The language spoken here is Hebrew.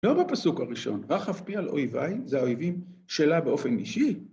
לא בפסוק הראשון, רק אף פי על אויביי, זה האויבים שלה באופן אישי.